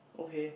okay